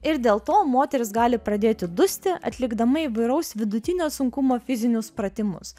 ir dėl to moteris gali pradėti dusti atlikdama įvairaus vidutinio sunkumo fizinius pratimus